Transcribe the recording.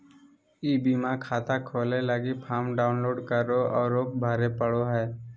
ई बीमा खाता खोलय लगी फॉर्म डाउनलोड करे औरो भरे पड़ो हइ